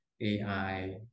AI